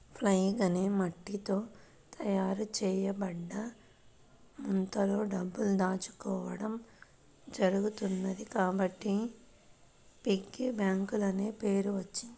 pig అనే మట్టితో తయారు చేయబడ్డ ముంతలో డబ్బులు దాచుకోవడం జరుగుతున్నది కాబట్టి పిగ్గీ బ్యాంక్ అనే పేరు వచ్చింది